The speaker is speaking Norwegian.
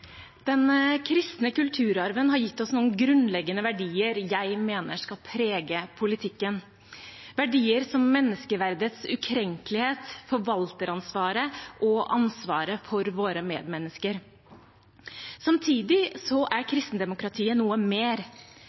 Den kristne kulturarven har gitt oss noen grunnleggende verdier jeg mener skal prege politikken – verdier som menneskeverdets ukrenkelighet, forvalteransvaret og ansvaret for våre medmennesker. Samtidig er kristendemokratiet noe mer.